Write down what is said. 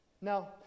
Now